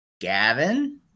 Gavin